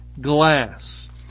glass